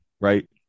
Right